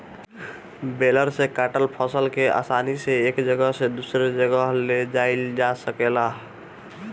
baler से काटल फसल के आसानी से एक जगह से दूसरे जगह ले जाइल जा सकेला